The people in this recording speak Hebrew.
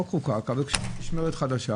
אבל התחילה משמרת חדשה.